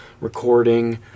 recording